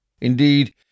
Indeed